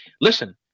listen